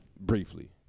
briefly